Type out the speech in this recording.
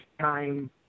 time